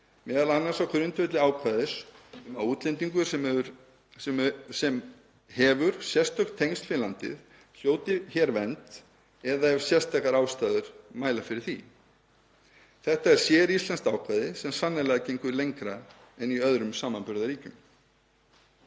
skoðun, m.a. á grundvelli ákvæðis um að útlendingur sem hefur sérstök tengsl við landið hljóti hér vernd eða ef sérstakar ástæður mæla fyrir því. Þetta er séríslenskt ákvæði sem sannarlega gengur lengra en í öðrum samanburðarríkjum.